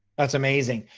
that's amazing.